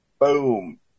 Boom